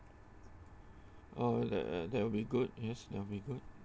uh that that that will be good yes that will be good